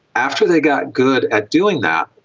after they got good at doing that,